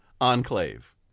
enclave